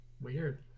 weird